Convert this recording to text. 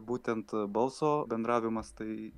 būtent balso bendravimas tai